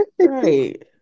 right